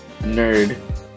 nerd